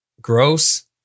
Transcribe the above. gross